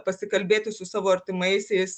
pasikalbėti su savo artimaisiais